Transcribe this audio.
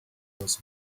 was